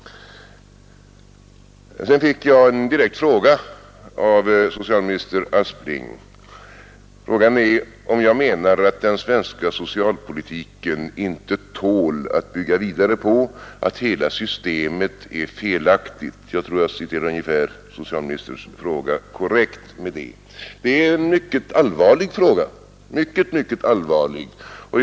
Jag fick en direkt fråga av socialminister Aspling, nämligen om jag menar att den svenska socialpolitiken inte tål att bygga vidare på, att hela systemet är felaktigt — jag tror att jag nu citerar frågan korrekt. Det är en mycket, mycket allvarlig fråga.